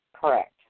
Correct